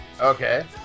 Okay